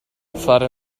fare